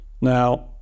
Now